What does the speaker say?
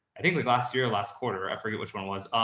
i think like last year, last quarter, i forget which one it was.